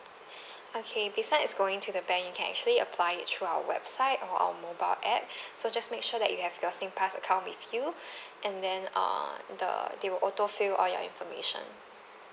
okay besides going to the bank you can actually apply it through our website or our mobile app so just make sure that you have your singpass account with you and then err the they will auto fill all your information